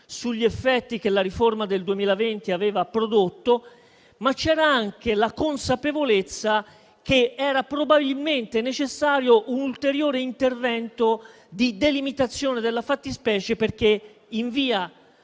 sugli effetti che la riforma del 2020 aveva prodotto, ma c'era anche la consapevolezza che era probabilmente necessario un ulteriore intervento di delimitazione della fattispecie, perché in via